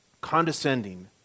condescending